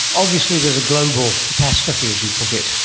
obviously there is a global catastrophe, as you put it.